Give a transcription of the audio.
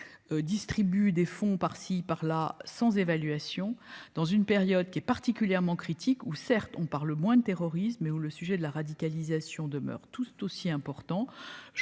distribue des fonds par ci par là, sans évaluation dans une période qui est particulièrement critique où certes on parle moins de terrorisme et où le sujet de la radicalisation demeure tout aussi important,